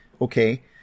okay